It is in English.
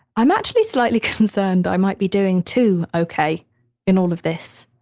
i'm actually slightly concerned i might be doing too ok in all of this.